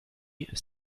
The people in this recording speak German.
ist